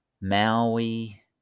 Maui